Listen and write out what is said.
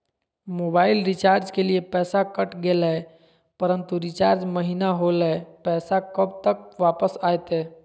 Mobile recharge के लिए पैसा कट गेलैय परंतु रिचार्ज महिना होलैय, पैसा कब तक वापस आयते?